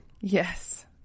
Yes